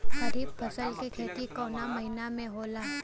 खरीफ फसल के खेती कवना महीना में होला?